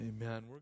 Amen